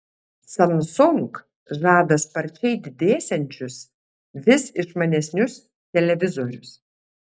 samsung žada sparčiai didėsiančius vis išmanesnius televizorius